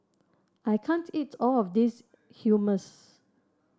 I can't eat all of this Hummus